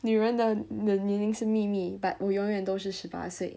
女人的的年龄是秘密 but 我永远都是十八岁